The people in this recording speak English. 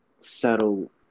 settle